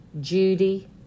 Judy